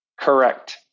Correct